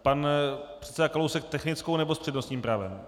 Pan předseda Kalousek technickou nebo s přednostním právem?